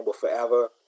Forever